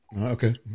okay